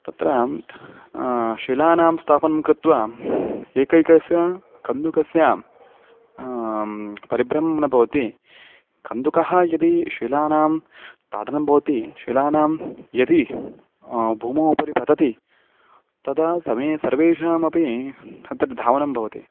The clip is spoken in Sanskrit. तत्र शिलानां स्थापनं कृत्वा एकैकस्य कन्दुकस्य परिभ्रमणं भवति कन्दुकः यदि शिलानां ताडनं भवति शिलानां यदि भूमौ उपरि पतति तदा समये सर्वेषामपि अत्र धावनं भवति